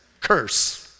Curse